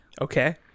Okay